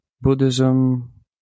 buddhism